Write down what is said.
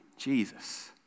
jesus